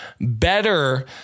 better